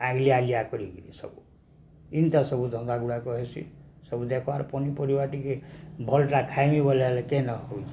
ଆଲିଆ ଆଲିଆ କରିକିରି ସବୁ ଇନ୍ତା ସବୁ ଧନ୍ଦା ଗୁଡ଼ାକ ହେସି ସବୁ ବେପାର୍ ପନିପରିବା ଟିକେ ଭଲଟା ଖାଇମି ବୋଲେ ହେଲେ କେନ ହେଉଛି